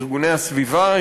ארגוני סביבה,